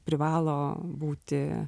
privalo būti